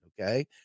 okay